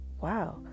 wow